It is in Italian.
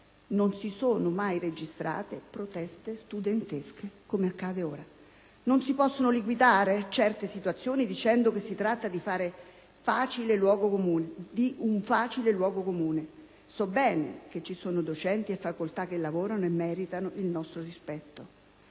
non si sono mai registrate proteste studentesche come accade ora. Non si possono liquidare certe situazioni dicendo che si tratta di un facile luogo comune. So bene che ci sono docenti e facoltà che lavorano e meritano il nostro rispetto.